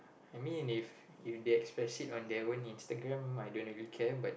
I mean if if they express it on their own Instagram I don't really care but